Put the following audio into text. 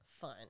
fun